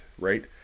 right